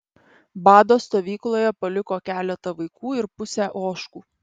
bado stovykloje paliko keletą vaikų ir pusę ožkų